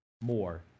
more